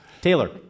Taylor